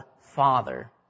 Father